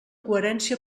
coherència